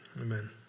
amen